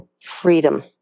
freedom